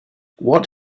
what